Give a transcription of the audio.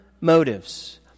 motives